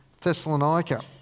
Thessalonica